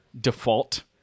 default